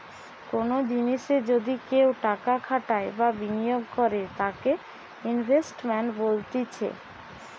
কোনো জিনিসে যদি কেও টাকা খাটাই বা বিনিয়োগ করে তাকে ইনভেস্টমেন্ট বলতিছে